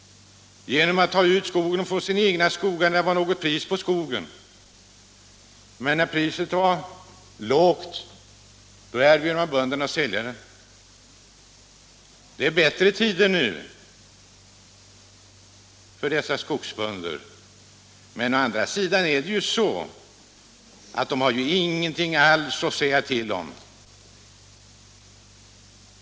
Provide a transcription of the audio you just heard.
Dessa företag avverkade i sina egna skogar när priset på skogen var högt, men när det var lågt erbjöd man bönderna att sälja. Tiderna är bättre nu för dessa skogsbönder. Men i stället har de ingentingatt säga till om.